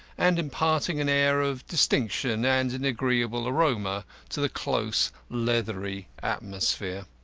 and imparting an air of distinction and an agreeable aroma to the close leathery atmosphere.